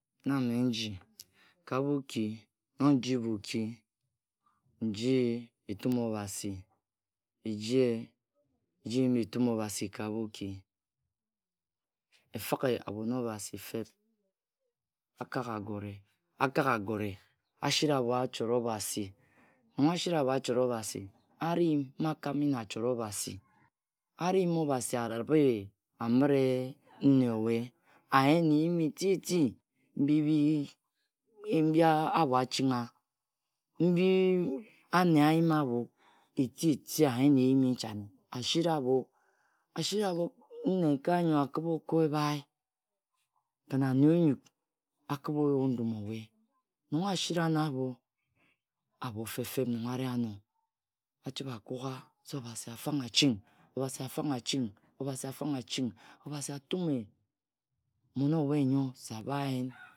Na mme nji ka Boki, nji-i etum Obasi. Ejie, eji yim etum Obasi ka Boki. Efighe abhon Obasi fab, Akak agore, akak agore, asiri abho achot Obasi, Nong asira abhe achot Obasi ari mma akame na achot obazi A mma Obasi aribhe amit nne-owe, ayen eyin eti-eti mbi-bhi, mbi abho achinga mbi anne ayima abho eti-ti ayen eyim nchane, asiri abho, asisi abho nnekae nnyo akibha ako-ebhae, kin anne onyuk akibha oyue ndum-owe Nong asira no abho, abho fe-Feb mma. ari ano achibha akuka, se Obari afang-aching, Obasi afang-aching Obasi afang-aching, Obasi afang-achin obasi atume mmon owe nyo se abayen.